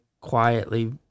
quietly